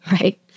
right